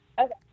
Okay